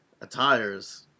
attires